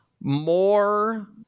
more